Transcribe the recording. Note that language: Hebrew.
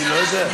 אני לא יודע.